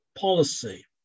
policy